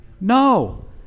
No